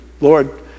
Lord